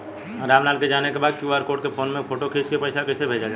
राम लाल के जाने के बा की क्यू.आर कोड के फोन में फोटो खींच के पैसा कैसे भेजे जाला?